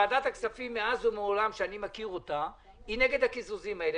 ועדת הכספים מאז ומעולם שאני מכיר אותה היא נגד הקיזוזים האלה.